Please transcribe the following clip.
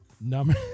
Number